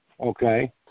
okay